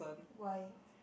why